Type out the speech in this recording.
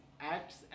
acts